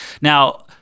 Now